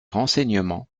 renseignements